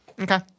Okay